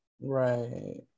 Right